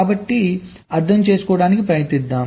కాబట్టి అర్థం చేసుకోవడానికి ప్రయత్నిద్దాం